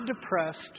depressed